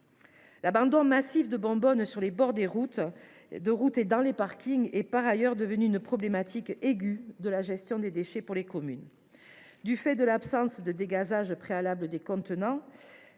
L’abandon massif de bonbonnes sur les bords de route et les parkings est par ailleurs devenu une problématique aiguë de gestion des déchets pour les communes. Du fait de l’absence de dégazage préalable des contenants,